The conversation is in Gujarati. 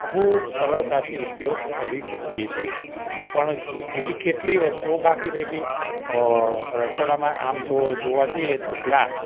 ખૂબ સરળતાથી ઉપયોગ કરી શકીએ છીએ પણ બીજી કેટલીયે વસ્તુઓ બાકી રહી ગઈ રસોડામાં આમ જો જોવા જઈએ તો ગ્લાસ